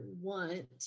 want